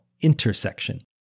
intersection